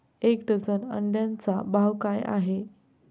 एक डझन अंड्यांचा भाव काय आहे?